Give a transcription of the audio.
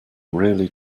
really